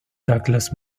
douglas